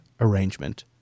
arrangement